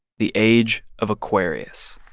the age of aquarius